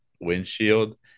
windshield